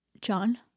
John